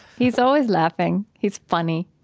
he's always laughing. he's funny.